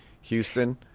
Houston